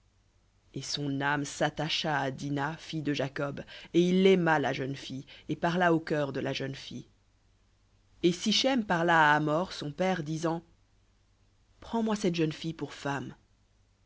et son âme s'attacha à dina fille de jacob et il aima la jeune fille et parla au cœur de la jeune fille et sichem parla à hamor son père disant prends-moi cette jeune fille pour femme